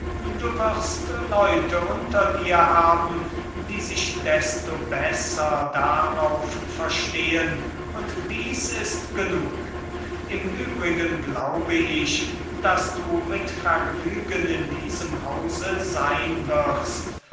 du wirst leute unter dir haben die sich desto besser darauf verstehen und das ist genug im übrigen glaube ich daß du mit vergnügen in diesem hause sein wirst